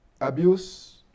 abuse